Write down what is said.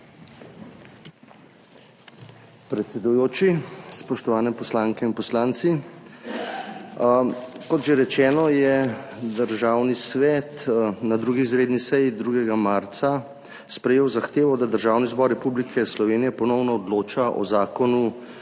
Predsedujoči, spoštovani poslanke in poslanci! Kot že rečeno, je Državni svet na 2. izredni seji 2. marca sprejel zahtevo, da Državni zbor Republike Slovenije ponovno odloča o Zakonu